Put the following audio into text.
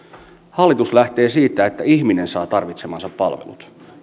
hallitus lähtee siitä että ihminen saa tarvitsemansa palvelut